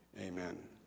amen